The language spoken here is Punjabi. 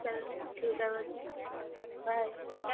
ਚਲ ਠੀਕ ਆ ਵਧੀਆ ਬਾਏ